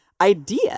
idea